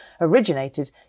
originated